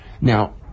now